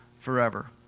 forever